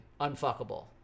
unfuckable